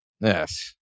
Yes